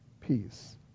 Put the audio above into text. peace